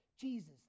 Jesus